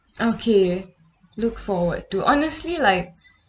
okay look forward to honestly like